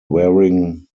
wearing